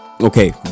Okay